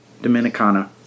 Dominicana